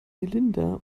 melinda